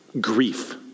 grief